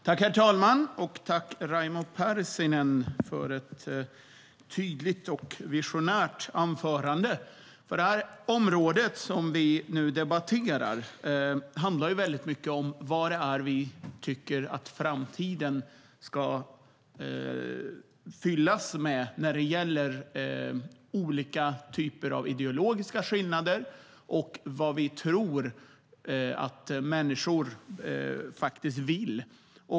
Herr talman! Tack, Raimo Pärssinen, för ett tydligt och visionärt anförande! Det område som vi nu debatterar handlar mycket om vad vi tycker att framtiden ska fyllas med när det gäller olika typer av ideologiska skillnader och vad vi tror att människor vill.